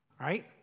Right